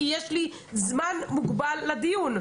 כי יש לי זמן מוגבל לדיון,